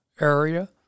area